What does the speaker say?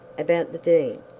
about the dean?